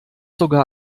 sogar